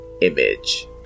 image